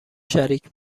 شریک